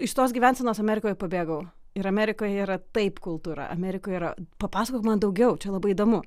iš tos gyvensenos amerikoj ir pabėgau ir amerikoje yra taip kultūra amerikoje yra papasakok man daugiau čia labai įdomu